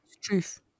Truth